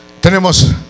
tenemos